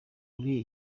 uri